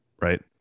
Right